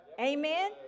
Amen